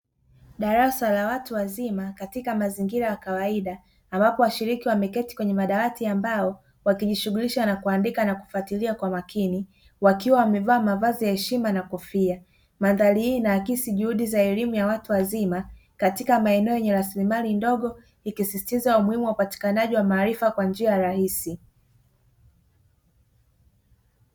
Darasa la watu wazima katika mazingira ya kawaida ambapo washiriki wameketi kwenye madawati ya mbao wakijishughulisha na kuandika na kufatilia kwa umakini wakiwa wamevaa mavazi ya heshimana kofia. Madhari hii inaakisi juhudi za elimu ya watu wazima katika maeneo yenye rasiimali ndogo ikisistiza umuhimu wa upatikanaji wa maarifa kwa njia rahisi.